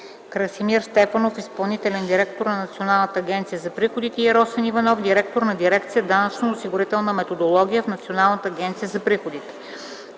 Красимир Стефанов - изпълнителен директор на Националната агенция за приходите, и Росен Иванов - директор на дирекция „Данъчно-осигурителна методология” в Националната агенция за приходите.